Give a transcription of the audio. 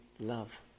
love